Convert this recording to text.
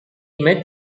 met